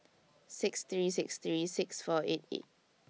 six three six three six four eight eight